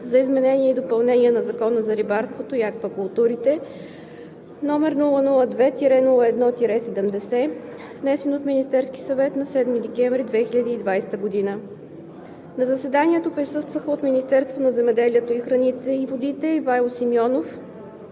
за изменение и допълнение на Закона за рибарството и аквакултурите, № 002-01-70, внесен от Министерски съвет на 7 декември 2020 г. На заседанието присъстваха от Министерство на земеделието, храните и водите Ивайло Симеонов